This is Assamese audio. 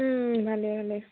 ভালে ভালে